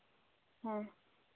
ᱦᱮᱸ